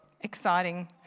Exciting